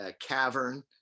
cavern